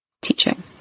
teaching